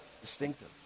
distinctive